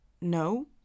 No